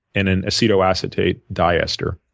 and an acetoacetate diester.